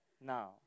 now